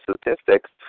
statistics